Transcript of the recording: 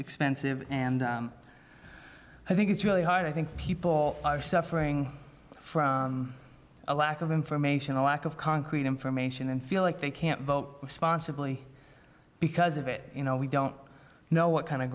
expensive and i think it's really hard i think people are suffering from a lack of information a lack of concrete information and feel like they can't vote responsibly because of it you know we don't know what kind of